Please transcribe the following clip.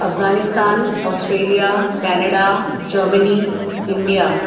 Afghanistan Australia Canada Germany India